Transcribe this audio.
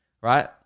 right